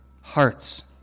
hearts